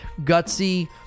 Gutsy